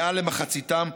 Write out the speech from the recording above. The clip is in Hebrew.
מעל למחציתם,